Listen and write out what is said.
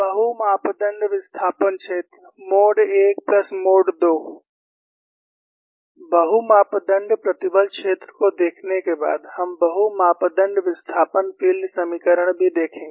बहु मापदण्ड विस्थापन क्षेत्र मोड I मोड II बहु मापदण्ड प्रतिबल क्षेत्र को देखने के बाद हम बहु मापदण्ड विस्थापन फ़ील्ड समीकरण भी देखेंगे